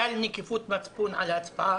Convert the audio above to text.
ועל זה עשינו מרתון דיונים.